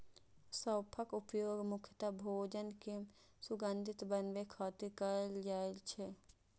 सौंफक उपयोग मुख्यतः भोजन कें सुगंधित बनाबै खातिर कैल जाइ छै